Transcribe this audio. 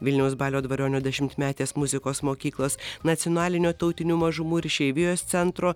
vilniaus balio dvariono dešimtmetės muzikos mokyklos nacionalinio tautinių mažumų ir išeivijos centro